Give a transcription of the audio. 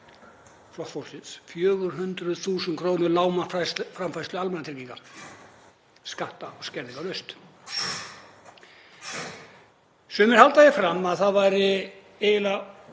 Flokks fólksins, 400.000 kr. lágmarksframfærslu almannatrygginga, skatta- og skerðingarlaust. Sumir halda því fram að það væri eiginlega